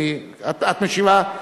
את משיבה?